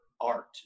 art